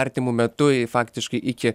artimu metu faktiškai iki